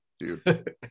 dude